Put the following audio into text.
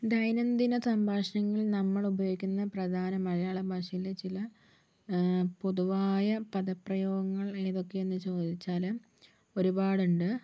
ദൈനംദിന സംഭാഷണങ്ങളിൽ നമ്മൾ ഉപയോഗിക്കുന്ന പ്രധാന മലയാളം ഭാഷയിലെ ചില പൊതുവായ പദപ്രയോഗങ്ങൾ ഏതൊക്കെയെന്ന് ചോദിച്ചാല് ഒരുപാടുണ്ട്